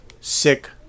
sick